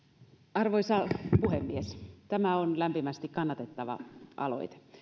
arvoisa puhemies tämä on lämpimästi kannatettava aloite